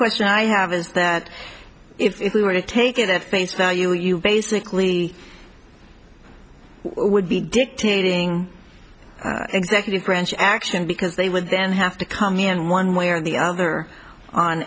question i have is that if we were to take it at face value you basically would be dictating executive branch action because they would then have to come in one way or the other on